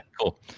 cool